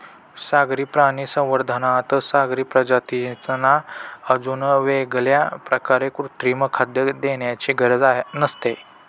सागरी प्राणी संवर्धनात सागरी प्रजातींना अजून वेगळ्या प्रकारे कृत्रिम खाद्य देण्याची गरज नसते